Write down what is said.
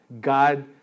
God